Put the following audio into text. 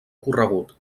corregut